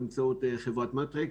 באמצעות חברת מטריקס,